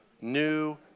new